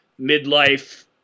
midlife